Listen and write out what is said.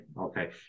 okay